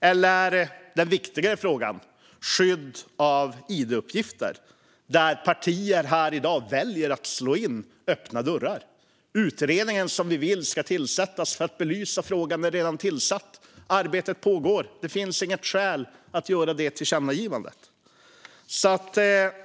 Eller ta den viktigare frågan om skydd av id-uppgifter, där partier här i dag väljer att slå in öppna dörrar! Utredningen som ni vill ska tillsättas för att belysa frågan är redan tillsatt. Arbetet pågår. Det finns inget skäl att göra detta tillkännagivande.